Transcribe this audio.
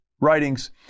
writings